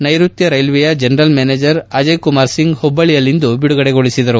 ನೈರುತ್ತ ರೈಲ್ವೆಯ general manager Ajay Kumar Singh ಹುಬ್ಲಳ್ಳಿಯಲ್ಲಿಂದು ಬಿಡುಗಡೆಗೊಳಿಸಿದರು